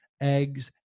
eggs